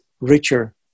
richer